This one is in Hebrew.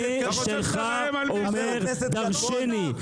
שלך אומר דרשני,